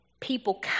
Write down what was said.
People